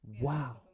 Wow